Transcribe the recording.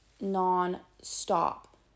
non-stop